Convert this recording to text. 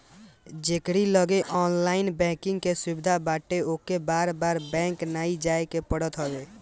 जेकरी लगे online banking के सुविधा बाटे ओके बार बार बैंक नाइ जाए के पड़त हवे